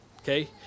okay